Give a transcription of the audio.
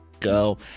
go